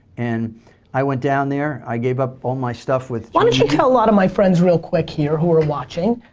and i went down there i gave up all my stuff with ge. why don't you tell a lot of my friends real quick here who are watching,